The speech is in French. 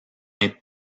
est